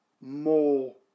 more